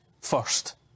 first